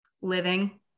living